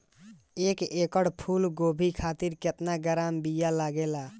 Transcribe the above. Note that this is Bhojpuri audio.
एक एकड़ फूल गोभी खातिर केतना ग्राम बीया लागेला?